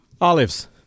Olives